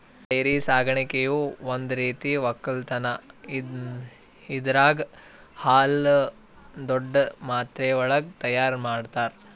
dairy ಸಾಕಾಣಿಕೆಯು ಒಂದ್ ರೀತಿಯ ಒಕ್ಕಲತನ್ ಇದರಾಗ್ ಹಾಲುನ್ನು ದೊಡ್ಡ್ ಮಾತ್ರೆವಳಗ್ ತೈಯಾರ್ ಮಾಡ್ತರ